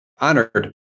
honored